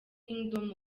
kingdom